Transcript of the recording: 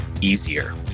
easier